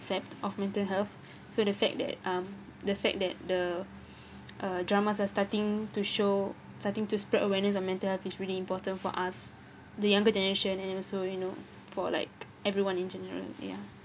concept of mental health so the fact that um the fact that uh dramas are starting to show starting to spread awareness on mental health is really important for us the younger generation and it also you know for like everyone in general yeah